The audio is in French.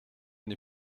n’ai